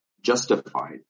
justified